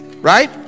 Right